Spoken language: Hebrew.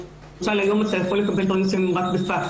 למשל היום אתה יכול לקבל דברים שונים רק בפקס.